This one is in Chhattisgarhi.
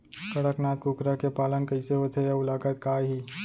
कड़कनाथ कुकरा के पालन कइसे होथे अऊ लागत का आही?